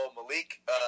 Malik